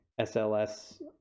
SLS